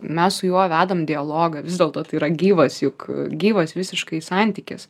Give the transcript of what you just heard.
mes su juo vedam dialogą vis dėlto tai yra gyvas juk gyvas visiškai santykis